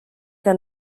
que